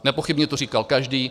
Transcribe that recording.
Nepochybně to říkal každý.